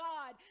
God